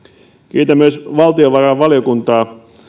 kiitän myös valtiovarainvaliokuntaa